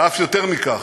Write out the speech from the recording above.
ואף יותר מכך,